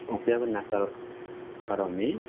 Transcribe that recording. उपयोगं न करो करोमि